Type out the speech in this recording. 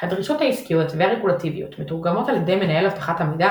הדרישות העסקיות והרגולטיביות מתורגמות על ידי מנהל אבטחת המידע